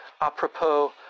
apropos